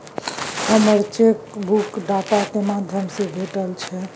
हमरा हमर cheque book डाक के माध्यम से भेटलय हन